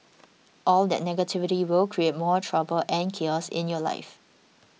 all that negativity will create more trouble and chaos in your life